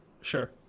sure